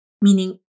meaning